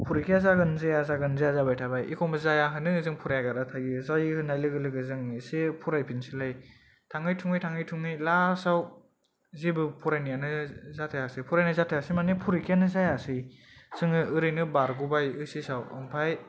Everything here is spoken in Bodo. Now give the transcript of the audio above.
परिक्खाया जागोन जाया जागोन जाया जाना थाबाय एखम्ब जाया होनो जों फराया गारा थायो जायो होन्नाय लोगो लोगो जों इसे फरायफिनसैलाय थाङै थुङै थाङै थुङै लास्ताव जेबो फरायनायानो जाथायासै फरायनाय जाथायासै माने परिक्खायानो जायासै जोङो ओरैनो बारग'बाय ऐत्स आव ओम्फाय